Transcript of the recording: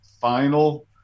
final